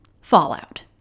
Fallout